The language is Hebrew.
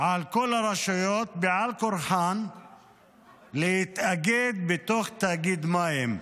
על כל הרשויות בעל כורחן להתאגד בתוך תאגיד מים.